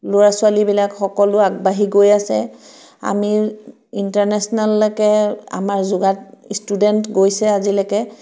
ল'ৰা ছোৱালীবিলাক সকলো আগবাঢ়ি গৈ আছে আমি ইণ্টাৰনেশ্যনেললৈকে আমাৰ যোগাত ষ্টুডেণ্ট গৈছে আজিলৈকে